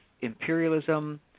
imperialism